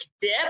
dip